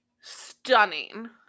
Stunning